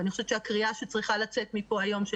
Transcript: ואני חושבת שהקריאה שצריכה לצאת מפה היום של